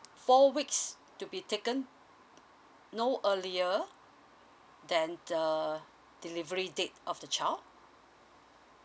four weeks to be taken no earlier then the delivery date of the child